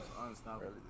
unstoppable